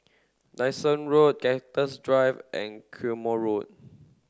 Dyson Road Cactus Drive and Quemoy Road